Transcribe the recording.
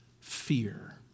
Fear